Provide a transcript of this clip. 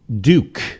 Duke